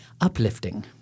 uplifting